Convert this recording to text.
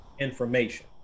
information